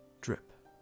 drip